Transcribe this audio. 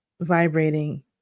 vibrating